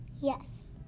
Yes